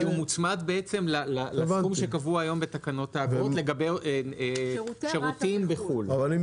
כי הוא מוצמד בעצם לסכום שקבוע היום בתקנות האגרות לגבי שירותים בחו"ל.